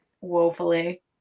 woefully